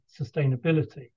sustainability